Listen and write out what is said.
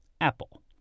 Apple